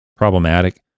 Problematic